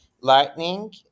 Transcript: Lightning